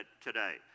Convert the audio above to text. today